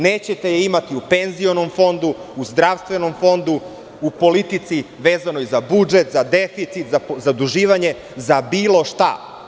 Neće te je imati u penzionom fondu, u zdravstvenom fondu, u politici vezanoj za budžet, za deficit, za zaduživanje, za bilo šta.